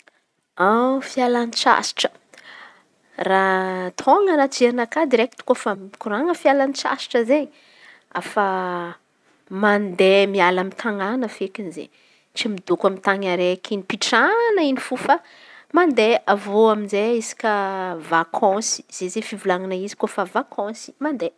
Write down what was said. Fialan-tsasatra raha tonga anaty jerinakà direkty kôfa mikoran̈a fialan-tsasatra izen̈y. Mande miala amy tanàn̈a feky zey tsy midôko amy tan̈y araiky hipetrahan̈a in̈y fô fa mande avy eo amizay isaka vakansy zay zey fivolana izy koa fa vakansy mandeha.